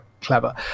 clever